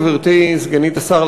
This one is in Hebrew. גברתי סגנית השר,